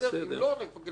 אם לא, נקבל את